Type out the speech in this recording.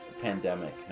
pandemic